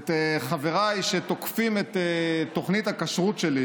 את חבריי שתוקפים את תוכנית הכשרות שלי: